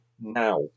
now